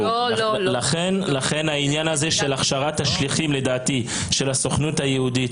לכן העניין של הכשרת השליחים של הסוכנות היהודית,